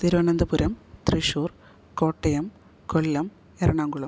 Thiruvananthapuram Thrissur Kottayam Kollam Ernakulam